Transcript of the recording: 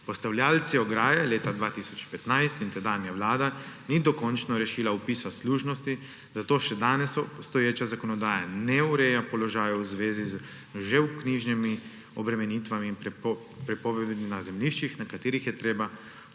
Postavljavci ograje leta 2015 in tedanja vlada ni dokončno rešila vpisa služnosti, zato še danes obstoječa zakonodaja ne ureja položaja v zvezi z že vknjiženimi obremenitvami in prepovedmi na zemljiščih, na katerih je treba vknjižiti